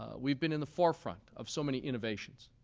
ah we've been in the forefront of so many innovations.